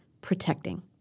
protecting